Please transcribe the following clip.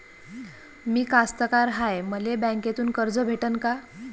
मी कास्तकार हाय, मले बँकेतून कर्ज भेटन का?